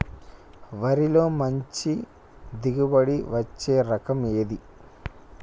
వరిలో మంచి దిగుబడి ఇచ్చే రకం ఏది?